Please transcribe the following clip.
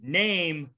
name